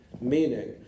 meaning